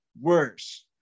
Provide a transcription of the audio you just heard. worse